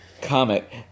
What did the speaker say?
comic